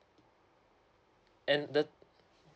and the